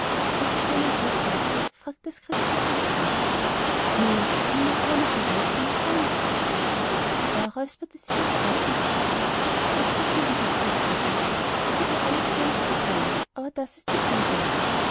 als keiner etwas sagte fragte das christkind ganz traurig nun will mir keiner von euch den gefallen tun da räusperte sich der spatz und sagte ja siehst du liebes christkindchen ich tue dir alles gern zu gefallen aber das ist zuviel verlangt